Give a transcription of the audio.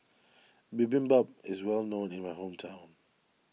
Bibimbap is well known in my hometown